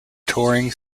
touring